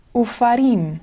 ufarim